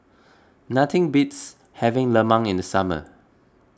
nothing beats having lemang in the summer